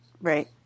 Right